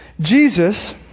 Jesus